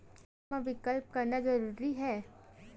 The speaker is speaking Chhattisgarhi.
खाता मा विकल्प करना जरूरी है?